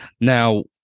Now